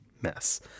mess